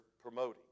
promoting